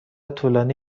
طولانی